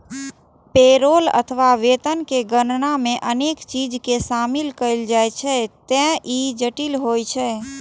payroll अथवा वेतन के गणना मे अनेक चीज कें शामिल कैल जाइ छैं, ते ई जटिल होइ छै